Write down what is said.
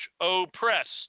oppressed